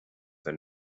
than